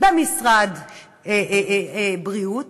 במשרד בריאות